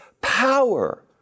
power